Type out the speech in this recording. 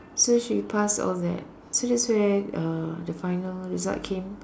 so she passed all that so that's where uh the final result came